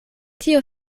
tio